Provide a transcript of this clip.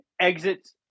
exits